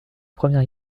première